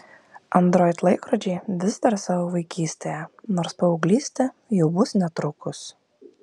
android laikrodžiai vis dar savo vaikystėje nors paauglystė jau bus netrukus